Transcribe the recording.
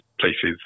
places